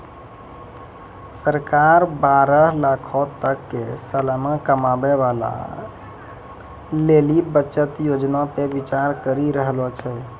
सरकार बारह लाखो तक के सलाना कमाबै बाला लेली बचत योजना पे विचार करि रहलो छै